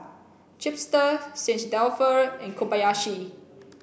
Chipster Dalfour and Kobayashi